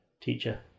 teacher